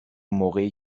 موقعی